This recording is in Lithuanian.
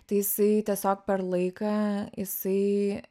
tai jisai tiesiog per laiką jisai